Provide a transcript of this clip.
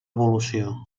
evolució